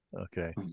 Okay